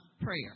prayer